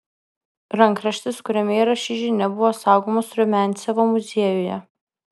rankraštis kuriame yra ši žinia buvo saugomas rumiancevo muziejuje